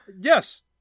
Yes